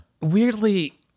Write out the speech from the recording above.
weirdly